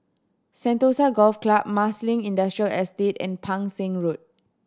Sentosa Golf Club Marsiling Industrial Estate and Pang Seng Road